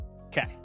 Okay